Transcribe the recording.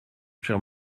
cher